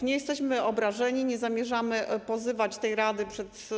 Nie jesteśmy obrażeni, nie zamierzamy pozywać tej sieci przed.